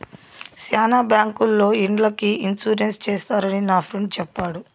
శ్యానా బ్యాంకుల్లో ఇండ్లకి ఇన్సూరెన్స్ చేస్తారని నా ఫ్రెండు చెప్పాడు